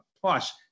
plus